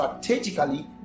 strategically